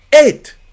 eight